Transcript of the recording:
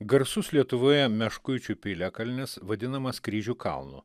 garsus lietuvoje meškuičių piliakalnis vadinamas kryžių kalnu